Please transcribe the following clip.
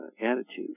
attitude